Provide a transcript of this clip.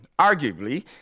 arguably